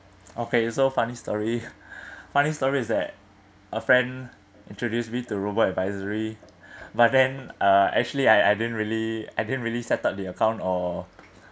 okay so funny story funny story is that a friend introduced me to robo-advisory but then uh actually I I didn't really I didn't really set up the account or